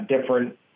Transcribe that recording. different